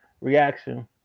reaction